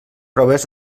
proves